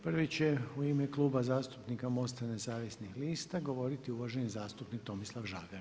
Prvi će u ime Kluba zastupnika MOST-a nezavisnih lista govoriti uvaženi zastupnik Tomislav Žagar.